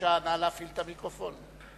בבקשה להפעיל את המיקרופון.